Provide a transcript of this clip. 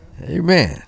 Amen